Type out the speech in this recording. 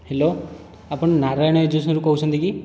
hello ଆପଣ ନାରାୟଣ ଏଜେନ୍ସିରୁ କହୁଛନ୍ତି କି